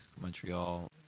Montreal